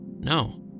No